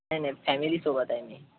नाही नाही फॅमिलीसोबत आहे मी